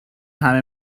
همه